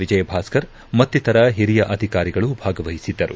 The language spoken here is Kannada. ವಿಜಯ ಭಾಸ್ಕರ್ ಮತ್ತಿತರ ಓರಿಯ ಅಧಿಕಾರಿಗಳು ಭಾಗವಹಿಸಿದ್ದರು